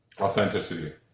authenticity